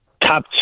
top